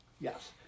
Yes